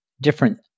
different